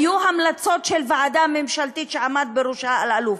היו המלצות של ועדה ממשלתית שעמד בראשה אלאלוף.